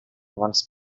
once